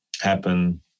happen